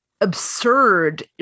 absurd